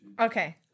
Okay